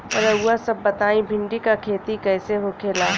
रउआ सभ बताई भिंडी क खेती कईसे होखेला?